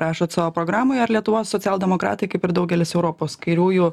rašot savo programoj ar lietuvos socialdemokratai kaip ir daugelis europos kairiųjų